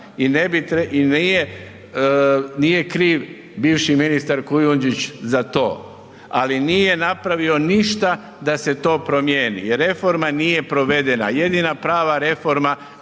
i nije kriv bivši ministar Kujundžić za to, ali nije napravio ništa da se to promijeni jer reforma nije provedena. Jedina prava reforma